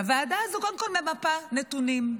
והוועדה הזו קודם כול ממפה נתונים.